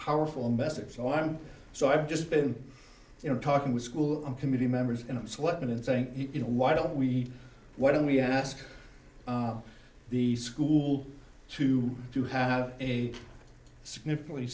powerful message so i'm so i've just been you know talking with school and committee members and i'm sweating and saying you know why don't we why don't we ask the school to do have a significantly